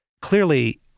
Clearly